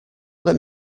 let